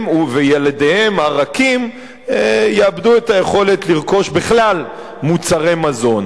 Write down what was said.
הם וילדיהם הרכים יאבדו את היכולת לרכוש בכלל מוצרי מזון.